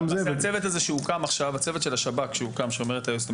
אז בעצם, אם נתייחס לצוות שדיברה עליו